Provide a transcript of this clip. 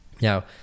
Now